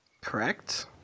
correct